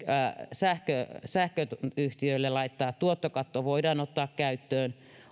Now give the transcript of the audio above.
meidän täytyisi sähköyhtiöille laittaa tuottokatto voidaan ottaa käyttöön